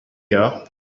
here